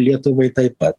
lietuvai taip pat